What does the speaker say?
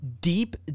deep